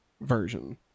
version